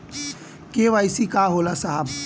KYC का होला साहब?